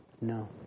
No